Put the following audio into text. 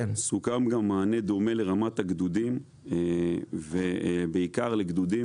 סוכם גם מענה דומה לרמת הגדודים ובעיקר לגדודים